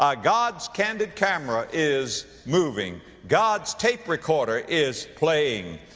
ah god's candid camera is moving. god's tape recorder is playing.